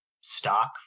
stock